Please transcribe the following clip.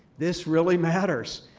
this really matters.